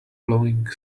blowing